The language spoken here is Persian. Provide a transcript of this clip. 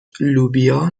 لوبیا